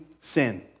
sin